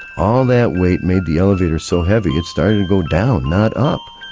all that weight made the elevator so heavy it started to go down, not up.